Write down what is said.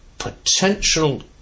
potential